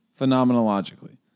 phenomenologically